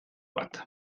bat